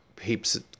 heaps